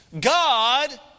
God